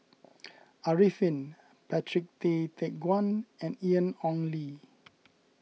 Arifin Patrick Tay Teck Guan and Ian Ong Li